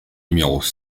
numéros